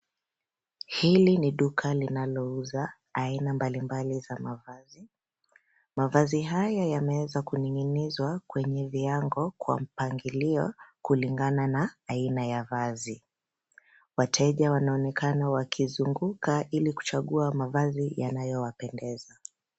Hili ni duka linalouza aina mbalimbali za mavazi. Mavazi haya yameweza kuning'inizwa kwenye viango kwa mpangilio kulingana na aina ya vazi. Wateja wanaonekana wakizunguka ili kuchagua mavazi yanayowapendeza.